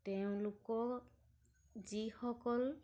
তেওঁলোকক যিসকল